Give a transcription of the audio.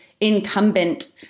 incumbent